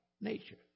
nature